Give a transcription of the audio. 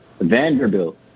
Vanderbilt